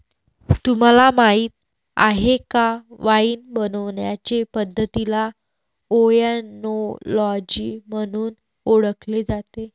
तुम्हाला माहीत आहे का वाइन बनवण्याचे पद्धतीला ओएनोलॉजी म्हणून ओळखले जाते